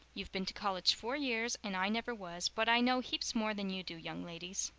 you've been to college four years and i never was, but i know heaps more than you do, young ladies.